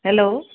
hello